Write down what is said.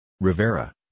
Rivera